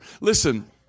Listen